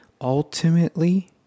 ultimately